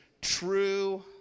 true